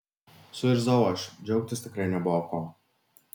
suirzau aš džiaugtis tikrai nebuvo ko